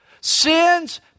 Sins